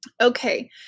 Okay